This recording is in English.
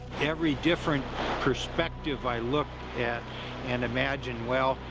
every different perspective i look at and imagine, well,